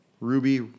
Ruby